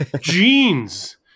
jeans